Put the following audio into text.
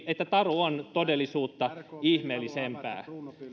että taru on todellisuutta ihmeellisempää